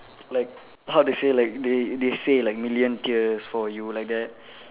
like how to say like they they say like million tears for you like that